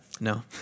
No